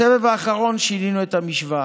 בסבב האחרון שינינו את המשוואה: